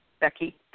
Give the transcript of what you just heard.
Becky